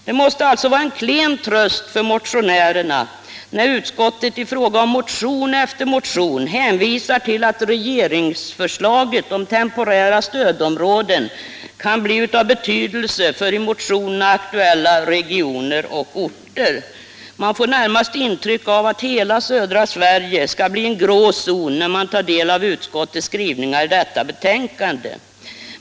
Det måste alltså vara en klen tröst för motionärerna, när utskottet vid behandlingen av motion efter motion hänvisar till att regeringsförslaget om temporära stödområden kan bli av betydelse för i motionerna aktuella regioner och orter. När man tar del av utskottets skrivningar i förevarande betänkande får man närmast ett intryck av att hela södra Sverige skall bli en grå zon.